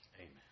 Amen